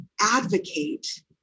advocate